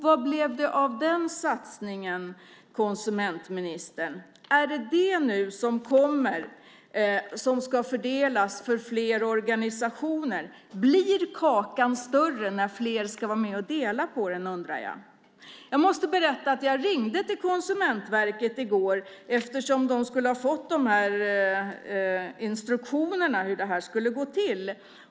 Vad blev det av den satsningen, konsumentministern? Ska det som kommer fördelas på fler organisationer? Blir kakan större när fler ska vara med och dela på den? Det undrar jag. Jag måste berätta att jag ringde till Konsumentverket i går, eftersom de skulle ha fått instruktioner om hur det här skulle gå till.